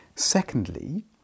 Secondly